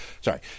Sorry